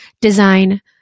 design